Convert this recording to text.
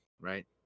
right